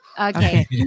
Okay